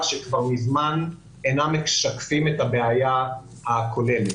וכבר מזמן אינם משקפים את הבעיה הכוללת.